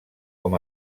com